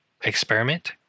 experiment